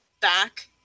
Back